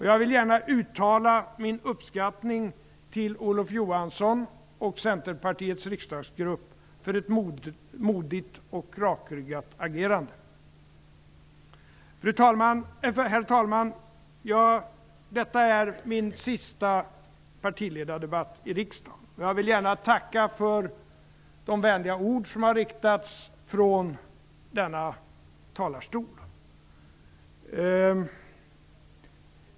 Jag vill gärna uttala min uppskattning till Olof Johansson och Centerpartiets riksdagsgrupp för ett modigt och rakryggat agerande. Herr talman! Detta är min sista partiledardebatt i riksdagen, och jag vill gärna tacka för de vänliga ord som har riktats från denna talarstol.